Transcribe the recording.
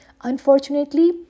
Unfortunately